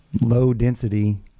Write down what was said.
low-density